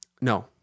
No